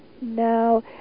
no